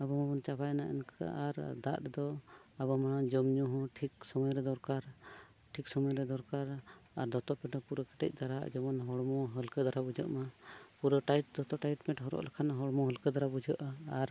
ᱟᱵᱚ ᱢᱟᱵᱚᱱ ᱪᱟᱵᱟᱭᱱᱟ ᱚᱱᱠᱟ ᱟᱨ ᱫᱟᱜ ᱨᱮᱫᱚ ᱟᱵᱚ ᱢᱟᱲᱟᱝ ᱡᱚᱢ ᱧᱩᱦᱚᱸ ᱴᱷᱤᱠ ᱥᱩᱢᱟᱹᱭᱨᱮ ᱫᱚᱨᱠᱟᱨ ᱴᱷᱤᱠ ᱥᱩᱢᱟᱹᱭᱨᱮ ᱫᱚᱨᱠᱟᱨᱟ ᱟᱨ ᱫᱚᱛᱚ ᱯᱮᱱᱴ ᱫᱚ ᱯᱩᱨᱟᱹ ᱠᱟᱹᱴᱤᱡ ᱫᱷᱟᱨᱟ ᱡᱮᱢᱚᱱ ᱦᱚᱲᱢᱚ ᱦᱟᱹᱞᱠᱟᱹ ᱫᱷᱟᱨᱟ ᱵᱩᱡᱷᱟᱹᱜ ᱢᱟ ᱯᱩᱨᱟᱹ ᱴᱟᱭᱤᱴ ᱫᱚᱛᱚ ᱴᱟᱭᱤᱴ ᱯᱮᱱᱴ ᱦᱚᱨᱚᱜ ᱞᱮᱠᱷᱟᱱ ᱦᱚᱲᱢᱚ ᱦᱟᱹᱞᱠᱟᱹ ᱫᱷᱟᱨᱟ ᱵᱩᱡᱷᱟᱹᱜᱼᱟ ᱟᱨ